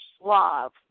Slav